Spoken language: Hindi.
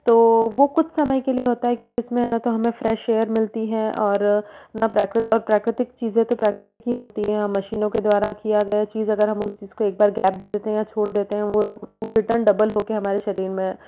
तो वो कुछ समय के लिए होता है क्योंकि उसमें न तो हमें फ्रेश एयर मिलती है और न प्राकृत और प्राकृतिक चीजें तो प्राकृतिक ही होती हैं मशीनों के द्वारा किया गया चीज अगर हम उस चीज को एक बार गैप दे देते है या छोड़ देते हैं वो तो वो रिटर्न डबल होकर हमारे शरीर में